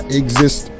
exist